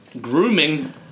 Grooming